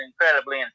incredibly